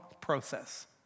process